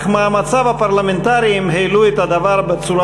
אך מאמציו הפרלמנטריים העלו את הדבר בצורה